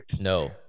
no